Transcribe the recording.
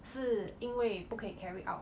是因为不可以 carry out